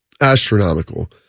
astronomical